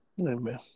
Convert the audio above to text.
Amen